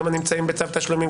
כמה נמצאים בצו תשלומים,